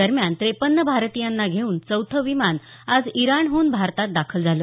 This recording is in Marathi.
दरम्यान त्रेपन्न भारतीयांना घेऊन चौथं विमान आज इराणहून भारतात दाखल झालं